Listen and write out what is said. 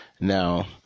Now